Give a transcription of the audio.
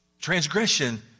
Transgression